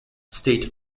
state